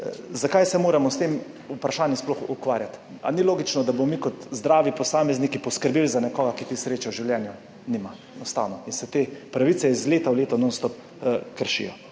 Zakaj se moramo s tem vprašanjem sploh ukvarjati? Ali ni logično, da bomo mi kot zdravi posamezniki poskrbeli za nekoga, ki te sreče v življenju nima? Enostavno. In se te pravice iz leta v leto nonstop kršijo.